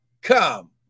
come